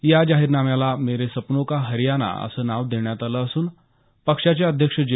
या जाहीरनाम्याला मेरे सपनों का हरियाना असं नाव देण्यात आलं असून पक्षाचे अध्यक्ष जे